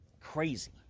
crazy